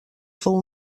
fou